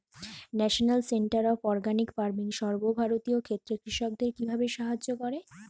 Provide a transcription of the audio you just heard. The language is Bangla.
National centre of organic farming সর্বভারতীয় ক্ষেত্রে কৃষকদের কিভাবে সাহায্য করে?